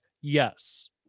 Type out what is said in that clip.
yes